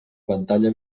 pantalla